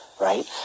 right